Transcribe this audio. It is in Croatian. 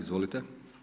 Izvolite.